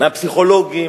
מהפסיכולוגים,